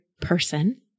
person